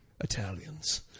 Italians